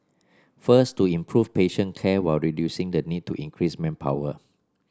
first to improve patient care while reducing the need to increase manpower